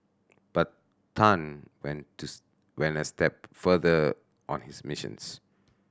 but Tan went to went a step further on his missions